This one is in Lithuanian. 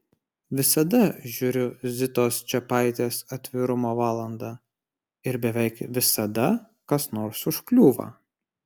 visada žiūriu zitos čepaitės atvirumo valandą ir beveik visada kas nors užkliūva